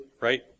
right